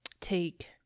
take